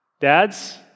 Dads